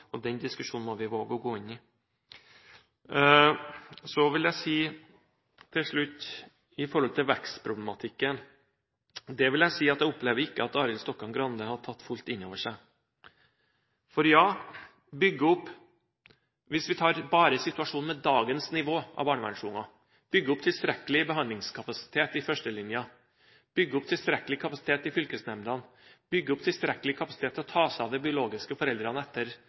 og den diskusjonen må vi våge å gå inn i. Så vil jeg si til slutt at når det gjelder vekstproblematikken, opplever jeg ikke at Arild Stokkan-Grande har tatt den fullt innover seg. Hvis vi tar situasjonen med dagens nivå av barnevernsunger og bygger opp tilstrekkelig behandlingskapasitet i førstelinjen, bygger opp tilstrekkelig kapasitet i fylkesnemndene, bygger opp tilstrekkelig kapasitet til å ta seg av de biologiske foreldrene etter